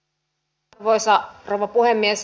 arvoisa rouva puhemies